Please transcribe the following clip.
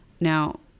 Now